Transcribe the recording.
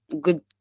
good